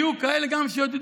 היו גם כאלה שעודדו,